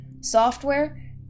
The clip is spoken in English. software